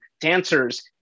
dancers